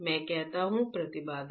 मैं क्या कहता हूँ प्रतिबाधा